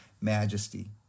majesty